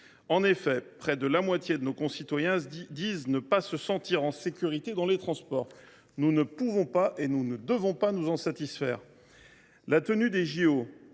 En effet, près de la moitié de nos concitoyens disent ne pas se sentir en sécurité dans les transports. Nous ne pouvons et ne devons pas nous satisfaire de cette